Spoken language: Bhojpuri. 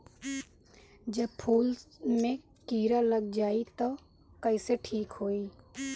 जब फूल मे किरा लग जाई त कइसे ठिक होई?